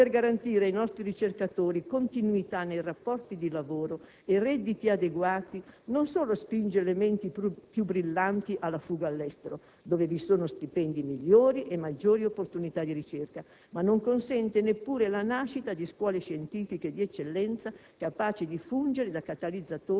Non poter garantire ai nostri ricercatori continuità nei rapporti di lavoro e redditi adeguati non solo spinge le menti più brillanti alla fuga all'estero (dove vi sono stipendi migliori e maggiori opportunità di ricerca), ma non consente neppure la nascita di scuole scientifiche di eccellenza capaci di fungere da catalizzatori